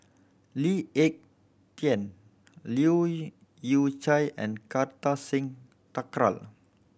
Lee Ek Tieng Leu Yew Chye and Kartar Singh Thakral